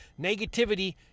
Negativity